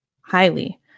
highly